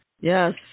Yes